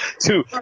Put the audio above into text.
Two